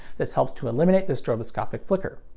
this helps to eliminate the stroboscopic flicker.